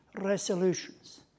resolutions